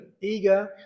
eager